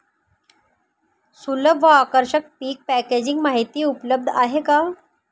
सुलभ व आकर्षक पीक पॅकेजिंग माहिती उपलब्ध आहे का?